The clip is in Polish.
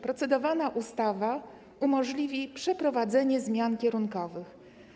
Procedowana ustawa umożliwi przeprowadzenie zmian kierunkowych.